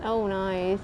oh nice